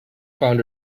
found